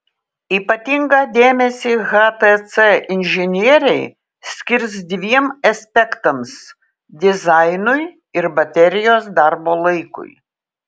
ypatingą dėmesį htc inžinieriai skirs dviem aspektams dizainui ir baterijos darbo laikui